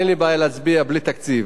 אין לי בעיה להצביע בלי תקציב.